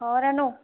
ହଁ ରାନୁ